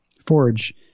Forge